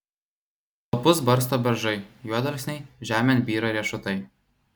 lapus barsto beržai juodalksniai žemėn byra riešutai